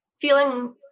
feeling